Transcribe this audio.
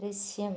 ദൃശ്യം